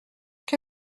que